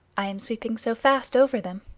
i am sweeping so fast over them.